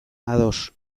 ados